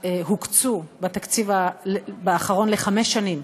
שהוקצו בתקציב האחרון לחמש שנים,